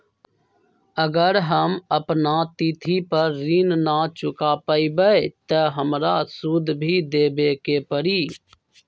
अगर हम अपना तिथि पर ऋण न चुका पायेबे त हमरा सूद भी देबे के परि?